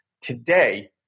Today